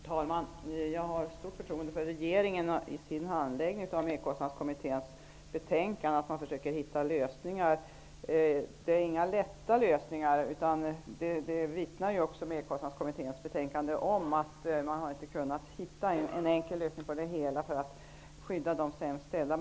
Herr talman! Jag har stort förtroende för att regeringen i sin handläggning av Merkostnadskommitténs betänkande försöker hitta lösningar. Det är inga lätta lösningar. Det vittnar Merkostnadskommitténs betänkande om. Man har inte kunnat hitta en enkel lösning för att skydda de sämst ställda.